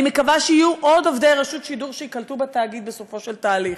אני מקווה שעוד עובדי רשות השידור ייקלטו בתאגיד בסופו של התהליך.